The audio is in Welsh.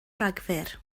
rhagfyr